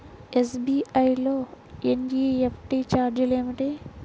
SBI లో NEFT ఛార్జీలు ఏమిటి?